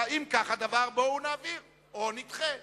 אם כך הדבר, בואו נעביר או נדחה.